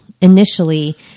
initially